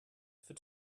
for